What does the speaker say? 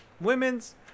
women's